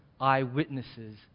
eyewitnesses